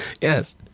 Yes